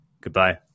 goodbye